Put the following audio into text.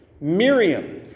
Miriam